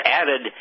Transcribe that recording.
added